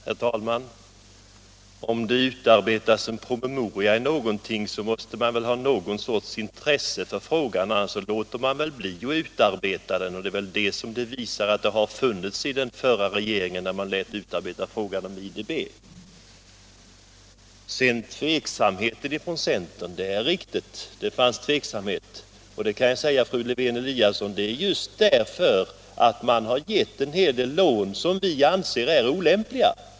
Herr talman! Om det utarbetas en promemoria så måste det väl finnas intresse för frågan. Annars låter man väl bli att utarbeta promemorian? Det är alltså detta som visas av att den förra regeringen lät utarbeta en promemoria i fråga om IDB. Sedan om tveksamheten ifrån centern: Det är riktigt, det fanns tveksamhet. Jag kan säga fru Lewén-Eliasson att det är just för att banken har gett en del lån som vi anser är olämpliga.